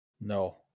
No